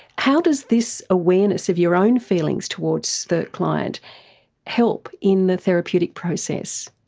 how does this awareness of your own feelings towards the client help in the therapeutic process?